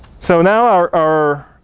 so now, our our